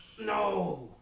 No